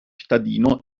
cittadino